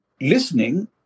listening